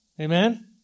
Amen